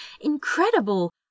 incredible